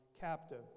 captive